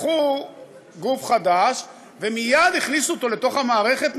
לקחו גוף חדש ומייד הכניסו אותו לתוך המערכת נכה,